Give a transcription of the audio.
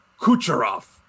Kucherov